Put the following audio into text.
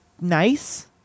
nice